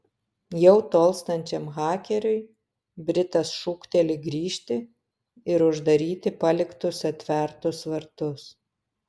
jau tolstančiam hakeriui britas šūkteli grįžti ir uždaryti paliktus atvertus vartus